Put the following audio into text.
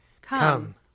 Come